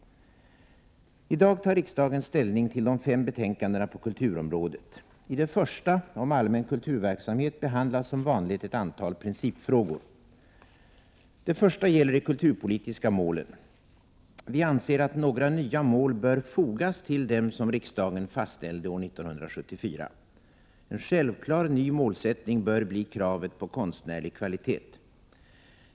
I dag tar riksdagen ställning till fem betänkanden på kulturområdet. I det första, om allmän kulturverksamhet, behandlas som vanligt ett antal principfrågor. Den första gäller de kulturpolitiska målen. Vi anser att några nya mål bör fogas till dem som riksdagen fastställde år 1974. En självklar ny målsättning bör bli kravet på konstnärlig kvalitet.